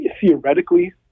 Theoretically